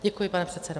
Děkuji, pane předsedo.